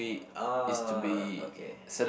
uh okay